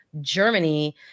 Germany